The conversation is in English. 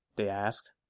they asked